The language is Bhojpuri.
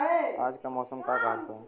आज क मौसम का कहत बा?